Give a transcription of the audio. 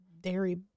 dairy